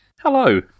Hello